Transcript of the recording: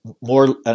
more –